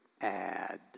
add